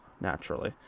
naturally